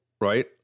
Right